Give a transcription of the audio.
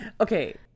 okay